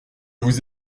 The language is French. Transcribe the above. vous